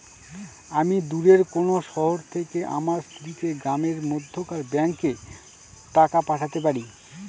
আমি দূরের কোনো শহর থেকে আমার স্ত্রীকে গ্রামের মধ্যেকার ব্যাংকে টাকা পাঠাতে পারি?